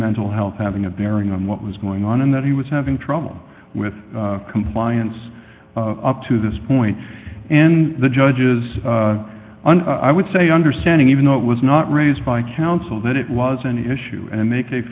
mental health having a bearing on what was going on and that he was having trouble with compliance up to this point and the judges and i would say understanding even though it was not raised by counsel that it was an issue and